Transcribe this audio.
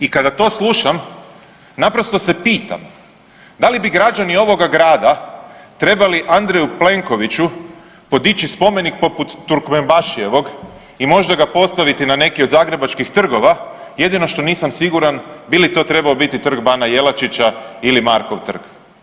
I kada to slušam naprosto se pitam da li bi građani ovoga grada trebali Andreju Plenkoviću podići spomenik poput Turkmenbašijevog i možda ga postaviti na neki od zagrebačkih trgova jedino što nisam siguran bili to trebao biti Trg bana Jelačića ili Markov trg.